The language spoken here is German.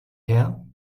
her